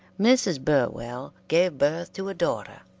mrs. burwell gave birth to a daughter,